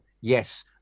yes